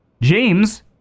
James